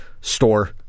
store